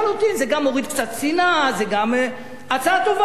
זה גם מוריד קצת שנאה, הצעה טובה.